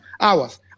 hours